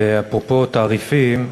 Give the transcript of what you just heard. אפרופו תעריפים,